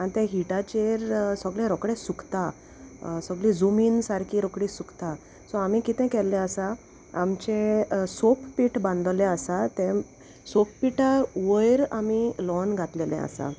आनी ते हिटाचेर सगळें रोकडें सुकता सोगलीं झूम इन सारकी रोकडी सुकता सो आमी कितें केल्लें आसा आमचें सोक पीट बांदलोलें आसा तें सोक पिठा वोयर आमी लॉन घातलेलें आसा